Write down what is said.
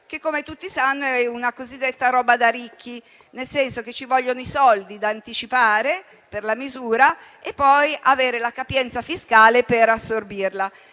che - come tutti sanno - è una cosiddetta roba da ricchi, nel senso che ci vogliono le risorse da anticipare per la misura e poi si deve avere la capienza fiscale per assorbirla.